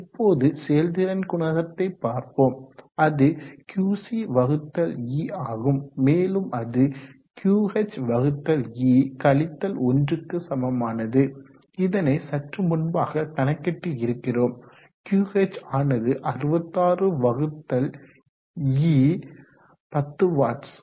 இப்போது செயல்திறன் குணத்தை பார்ப்போம் அது QcE ஆகும் மேலும் அது QHE 1க்கு சமமானது இதனை சற்று முன்பாக கணக்கிட்டு இருக்கிறோம் QH ஆனது 66 வகுத்தல் E 10 வாட்ஸ்